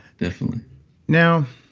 definitely now,